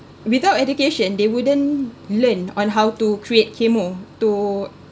without education they wouldn't learn on how to create chemo to